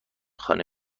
خانه